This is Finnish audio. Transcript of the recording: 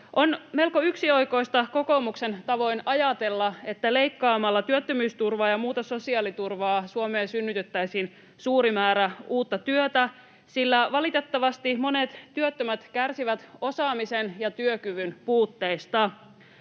On melko yksioikoista kokoomuksen tavoin ajatella, että leikkaamalla työttömyysturvaa ja muuta sosiaaliturvaa Suomeen synnytettäisiin suuri määrä uutta työtä, sillä valitettavasti monet työttömät kärsivät osaamisen ja työkyvyn puutteista.